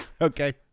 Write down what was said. okay